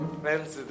friends